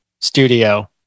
studio